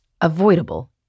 avoidable